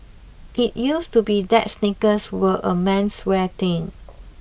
it used to be that sneakers were a menswear thing